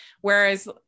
Whereas